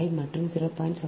75 மற்றும் 0